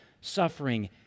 suffering